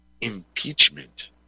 impeachment